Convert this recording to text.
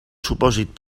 supòsit